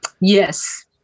Yes